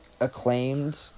acclaimed